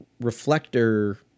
reflector